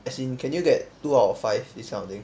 as in can you get two out of five this kind of thing